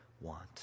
want